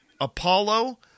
Apollo